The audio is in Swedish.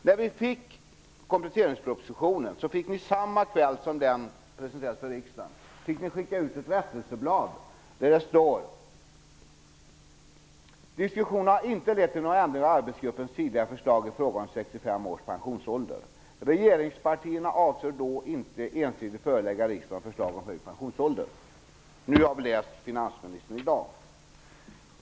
Samma kväll som kompletteringspropositionen presenterades för riksdagen fick ni skicka ut ett rättelseblad, där det stod: ''Diskussionerna har inte lett till någon ändring av arbetsgruppens tidigare förslag i fråga om 65 års pensionsålder. Regeringspartierna avser då inte ensidigt förelägga riksdagen förslag om höjd pensionsålder.'' I dag har vi kunnat läsa vad finansministern säger.